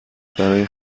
برای